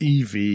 ev